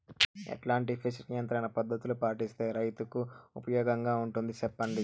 ఎట్లాంటి పెస్ట్ నియంత్రణ పద్ధతులు పాటిస్తే, రైతుకు ఉపయోగంగా ఉంటుంది సెప్పండి?